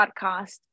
podcast